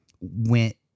went